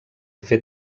fer